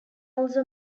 also